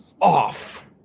off